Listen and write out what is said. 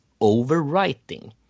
overwriting